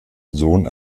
sohn